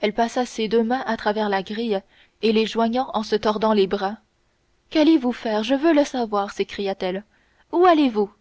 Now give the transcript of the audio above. elle passa ses deux mains à travers la grille et les joignant en se tordant les bras qu'allez-vous faire je veux le savoir s'écria-t-elle où allez-vous